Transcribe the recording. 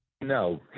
No